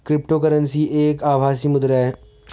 crypto currency एक आभासी मुद्रा है